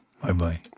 Bye-bye